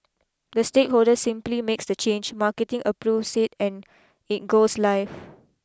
the stakeholder simply makes the change marketing approves it and it goes live